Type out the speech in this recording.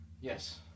Yes